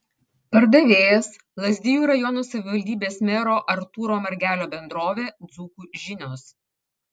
pardavėjas lazdijų rajono savivaldybės mero artūro margelio bendrovė dzūkų žinios